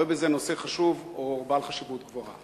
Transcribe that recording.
רואה בזה נושא חשוב או בעל חשיבות גבוהה?